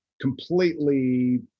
completely